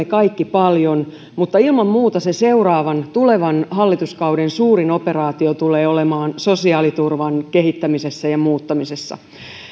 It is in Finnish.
kaikki paljon mutta ilman muuta se seuraavan tulevan hallituskauden suurin operaatio tulee olemaan sosiaaliturvan kehittämisessä ja muuttamisessa